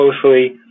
closely